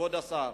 כבוד השר,